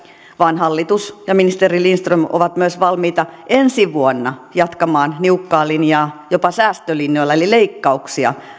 vaan hallitus ja ministeri lindström ovat myös valmiita ensi vuonna jatkamaan niukkaa linjaa jopa säästölinjoilla eli leikkauksia